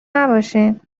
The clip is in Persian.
نباشین